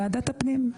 הוא ועדת הפנים.